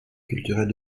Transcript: culturel